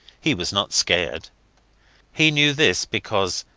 he was not scared he knew this because,